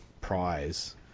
prize